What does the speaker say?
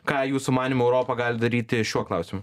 ką jūsų manymu europa gali daryti šiuo klausimu